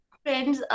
friends